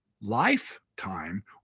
lifetime